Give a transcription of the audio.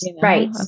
Right